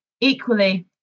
equally